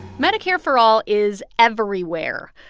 medicare for all is everywhere.